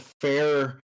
fair